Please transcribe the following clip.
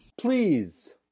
Please